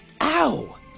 Ow